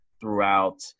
throughout